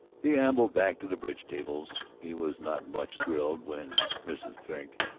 he ambled back to the bridge-tables. he was not much thrilled when mrs. frink,